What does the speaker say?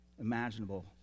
imaginable